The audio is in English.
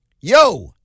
Yo